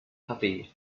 tuppy